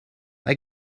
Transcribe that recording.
mae